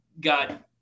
got